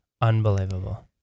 Unbelievable